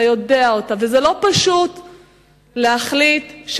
וזה לא פשוט להחליט,